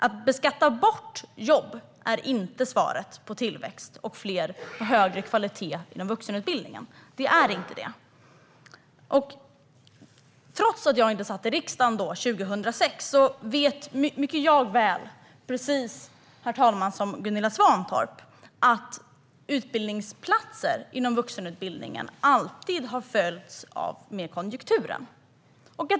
Att beskatta bort jobb är inte svaret på tillväxt, på fler platser och på högre kvalitet inom vuxenutbildningen. Herr talman! Trots att jag inte satt i riksdagen 2006 vet jag mycket väl, precis lika bra som Gunilla Svantorp, att antalet utbildningsplatser inom vuxenutbildningen alltid har följt med konjunkturen.